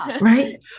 right